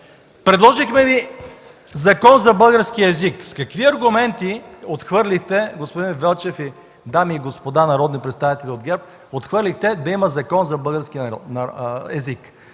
Предложихме Ви Закон за българския език. С какви аргументи, господин Велчев, дами и господа народни представители от ГЕРБ, отхвърлихте да има Закон за българския език?